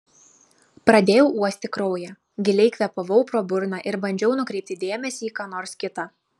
pradėjau uosti kraują giliai kvėpavau pro burną ir bandžiau nukreipti dėmesį į ką nors kita